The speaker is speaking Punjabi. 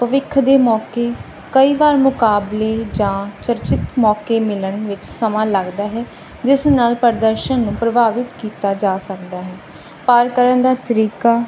ਭਵਿੱਖ ਦੇ ਮੌਕੇ ਕਈ ਵਾਰ ਮੁਕਾਬਲੇ ਜਾਂ ਚਰਚਿਤ ਮੌਕੇ ਮਿਲਣ ਵਿੱਚ ਸਮਾਂ ਲੱਗਦਾ ਹੈ ਜਿਸ ਨਾਲ ਪ੍ਰਦਰਸ਼ਨ ਨੂੰ ਪ੍ਰਭਾਵਿਤ ਕੀਤਾ ਜਾ ਸਕਦਾ ਹੈ ਪਾਰ ਕਰਨ ਦਾ ਤਰੀਕਾ